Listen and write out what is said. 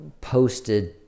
posted